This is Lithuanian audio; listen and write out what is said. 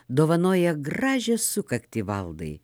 dovanoja gražią sukaktį valdai